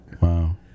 Wow